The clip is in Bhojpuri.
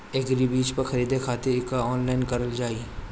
एग्रीबाजार पर खरीदे खातिर कइसे ऑनलाइन कइल जाए?